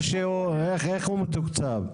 איך הוא מתוקצב?